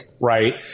right